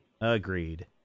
Agreed